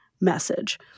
message